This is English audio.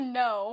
no